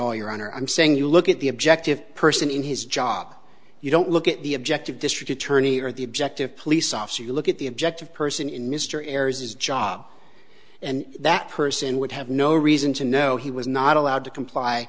all your honor i'm saying you look at the objective person in his job you don't look at the objective district attorney or the objective police officer you look at the objective person in mr ayres his job and that person would have no reason to know he was not allowed to comply